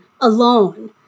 alone